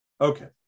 Okay